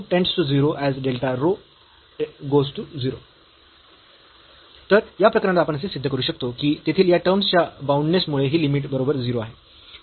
नोंद करा तर या प्रकरणात आपण असे सिद्ध करू शकतो की तेथील या टर्म्स च्या बाउंडनेसमुळे ही लिमिट बरोबर 0 आहे